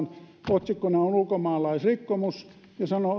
otsikkona on ulkomaalaisrikkomus ja